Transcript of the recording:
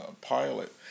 pilot